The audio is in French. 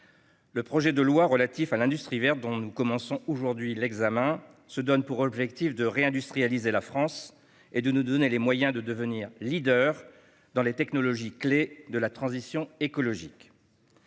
le projet de loi relatif à l'industrie verte, dont nous commençons aujourd'hui l'examen, se donne pour objectif de réindustrialiser la France et de nous donner les moyens de devenir leaders dans les technologies clés de la transition écologique.